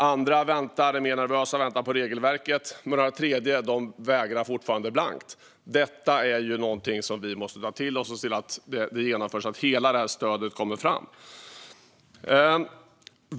Andra är mer nervösa och väntar på regelverket. Ytterligare några vägrar fortfarande blankt. Detta är någonting som vi måste ta till oss och se till att genomföra så att hela stödet kommer fram.